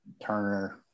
turner